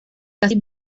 casi